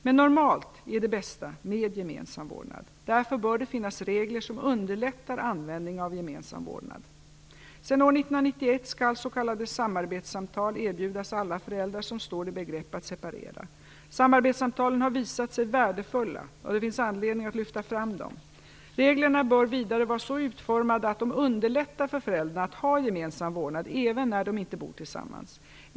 Men normalt är det bäst med gemensam vårdnad. Därför bör det finnas regler som underlättar användning av gemensam vårdnad. Sedan år 1991 skall s.k. samarbetssamtal erbjudas alla föräldrar som står i begrepp att separera. Samarbetssamtalen har visat sig värdefulla, och det finns anledning att lyfta fram dem. Reglerna bör vidare vara så utformade att de underlättar för föräldrar att ha gemensam vårdnad även när de inte bor tillsammans.